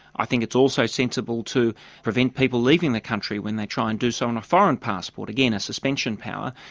i think it's also sensible to prevent people leaving the country when they try and do so on a foreign passport, again, a suspension power.